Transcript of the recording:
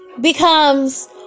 becomes